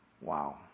Wow